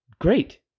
great